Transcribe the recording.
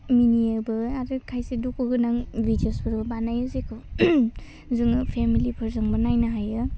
मिनियोबो आरो खायसे दुखुगोनां भिडिअसफोरखौ बानायो जेखौ जोङो फेमिलिफोरजोंबो नायनो हायो